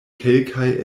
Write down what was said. kelkaj